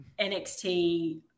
NXT